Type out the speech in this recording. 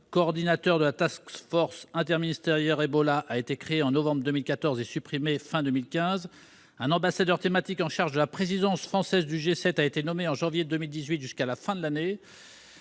coordinateur de la task-force interministérielle Ebola a été créé en novembre 2014 et supprimé à la fin de 2015 ; un ambassadeur thématique chargé de la présidence française du G7 a été nommé en janvier 2018, jusqu'à la fin de l'année